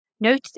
Note